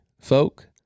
folk